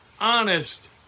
honest